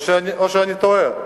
או שאני טועה,